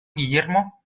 guillermo